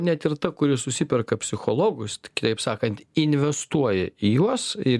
net ir ta kuri susiperka psichologus kitaip sakant investuoja į juos ir